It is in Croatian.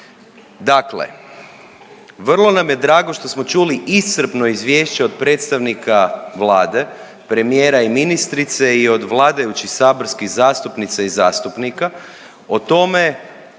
Dakle, vrlo nam je drago što smo čuli iscrpno izvješće od predstavnika Vlade, premijera i ministrice i od vladajućih saborskih zastupnica i zastupnika o tome